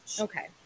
Okay